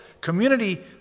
Community